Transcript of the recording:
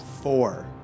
Four